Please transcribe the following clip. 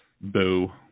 boo